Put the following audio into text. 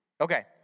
Okay